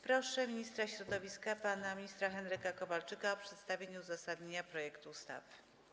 Proszę ministra środowiska pana Henryka Kowalczyka o przedstawienie uzasadnienia projektu ustawy.